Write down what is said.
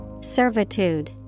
Servitude